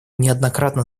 неоднократно